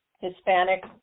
Hispanic